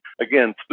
Again